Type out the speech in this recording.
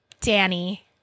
Danny